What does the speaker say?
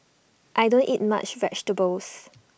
I don't eat much vegetables